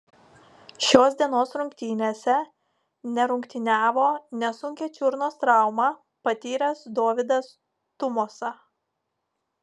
šios dienos rungtynėse nerungtyniavo nesunkią čiurnos traumą patyręs dovydas tumosa